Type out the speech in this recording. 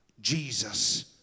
Jesus